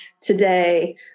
today